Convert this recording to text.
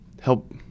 help